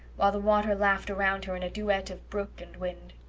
while the water laughed around her in a duet of brook and wind.